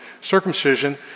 Circumcision